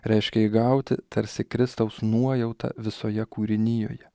reiškia įgauti tarsi kristaus nuojautą visoje kūrinijoje